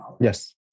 Yes